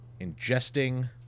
ingesting